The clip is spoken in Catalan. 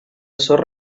sorra